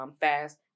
fast